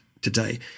today